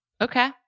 Okay